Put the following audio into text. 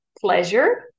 pleasure